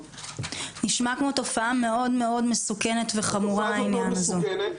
נשמע כמו תופעה מאוד מאוד מסוכנת וחמורה העניין הזה.